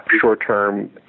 short-term